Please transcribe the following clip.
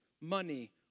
money